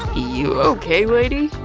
you okay, lady?